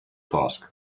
task